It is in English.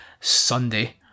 Sunday